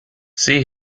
see